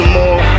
more